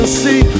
see